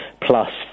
plus